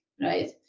right